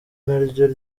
naryo